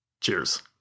Cheers